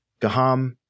Gaham